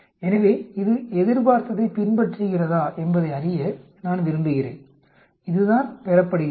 எனவே இது எதிர்பார்த்ததைப் பின்பற்றுகிறதா என்பதை அறிய நான் விரும்புகிறேன் இதுதான் பெறப்படுகிறது